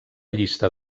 llista